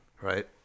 right